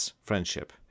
friendship